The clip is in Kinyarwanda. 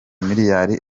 miliyari